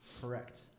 Correct